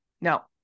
Now